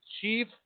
chief